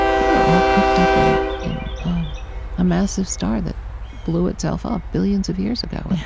they were all cooked up in in a massive star that blew itself ah up billions of years ago.